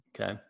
okay